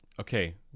Okay